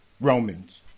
Romans